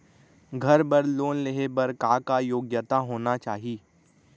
घर बर लोन लेहे बर का का योग्यता होना चाही?